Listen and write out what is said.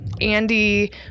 Andy